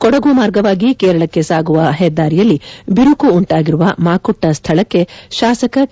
ಕೊಡಗು ಮಾರ್ಗವಾಗಿ ಕೇರಳಕ್ಕೆ ಸಾಗುವ ಹೆದ್ದಾರಿಯಲ್ಲಿ ಬಿರುಕು ಉಂಟಾಗಿರುವ ಮಾಕುಟ್ಟ ಸ್ಥಳಕ್ಕೆ ಶಾಸಕ ಕೆ